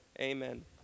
Amen